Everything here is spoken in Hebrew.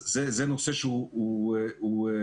זה נושא שהוא חשוב.